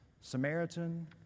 Samaritan